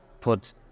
put